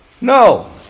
No